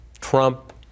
Trump